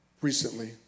recently